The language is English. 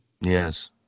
Yes